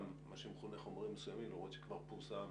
גם מה שמכונה חומרים מסוימים למרות שכבר פורסם